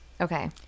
Okay